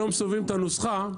מסובבים את הנוסחה,